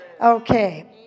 Okay